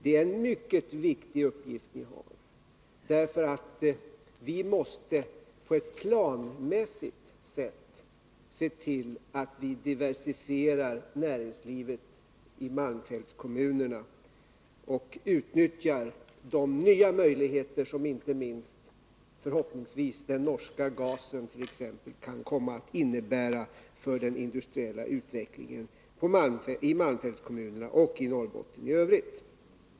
Det är en mycket viktig uppgift ni har, därför att vi måste på ett planmässigt sätt se till att vi diversifierar näringslivet i malmfältskommunerna och utnyttjar de nya möjligheter som inte minst — förhoppningsvis — den norska gasen t.ex. kan komma att innebära för den industriella utvecklingen i malmfältskommunerna och i Norrbotten i övrigt.